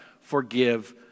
forgive